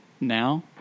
now